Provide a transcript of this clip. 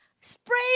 spray